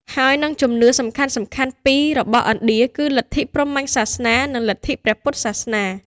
ហើយនិងជំនឿ សំខាន់ៗពីររបស់ឥណ្ឌា គឺលិទ្ធិព្រហ្មញ្ញសាសនា និងលិទ្ធិព្រះពុទ្ធសាសនា។